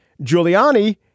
Giuliani